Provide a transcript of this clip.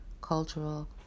cultural